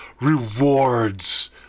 rewards